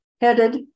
headed